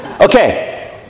Okay